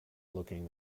looking